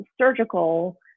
surgical